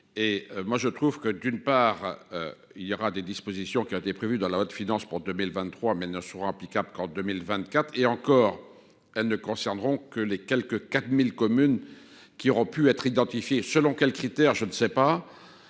Et moi je trouve que d'une part. Il y aura des dispositions qui ont été prévues dans la haute finance pour 2023 mais ne sera applicable qu'en 2024 et encore. Elle ne concerneront que les quelque 4000 communes qui auront pu être identifiés. Selon quels critères. Je ne sais pas.